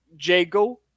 Jago